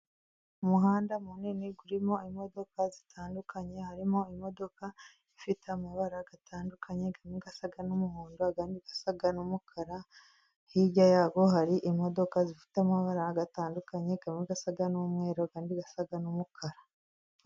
Umuhanda munini urimo imodoka zitandukanye harimo imodoka ifite amabara atandukanye asa n'umuhondo, ayandi n'umukara, hirya yabo hari imodoka zifite amabara atandukanye amwe asa n'umweru andi asa n'umukara.